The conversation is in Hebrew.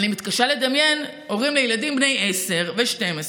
אני מתקשה לדמיין הורים לילדים בני 10 ו-12